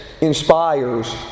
inspires